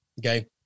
okay